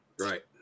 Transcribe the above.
Right